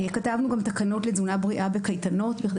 וכתבנו גם תקנות לתזונה בריאה בקייטנות בכדי